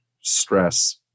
stress